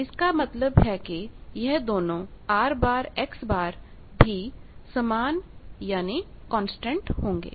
इसका मतलब है कियह दोनों R X भी समान यानी कांस्टेंट होंगे